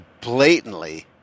blatantly